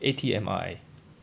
A_T_M_R_I